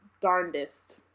darndest